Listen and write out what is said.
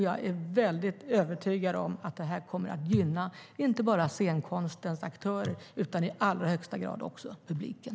Jag är övertygad om att det kommer att gynna inte bara scenkonstens aktörer utan i allra högsta grad också publiken.